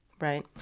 right